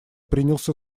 принялся